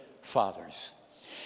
fathers